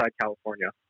California